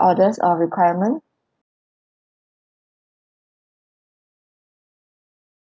orders or requirement